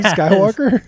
Skywalker